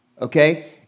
Okay